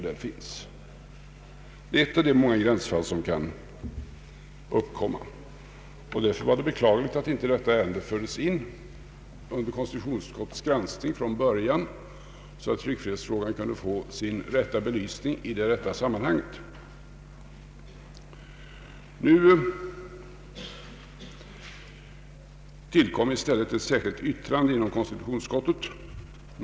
Detta är ett av de många gränsfall som kan uppkomma. Det var beklagligt att inte detta ärende från början fördes in under konstitutionsutskottets granskning, så att tryckfrihetsfrågan kunde få sin rätta belysning i det rätta sammanhanget. Nu tillkom i stället ett särskilt yttrande till konstitutionsutskottets utlåtande.